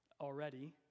already